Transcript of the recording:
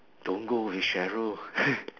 don't go with Sheryl